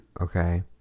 okay